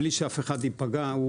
בלי שאף אחד ייפגע,